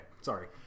sorry